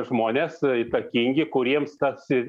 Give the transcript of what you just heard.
žmonės įtakingi kuriems tarsi